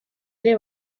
ere